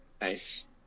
Nice